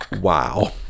Wow